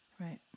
Right